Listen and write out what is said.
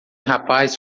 rapaz